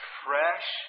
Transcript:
fresh